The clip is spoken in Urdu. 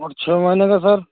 اور چھ مہینے کا سر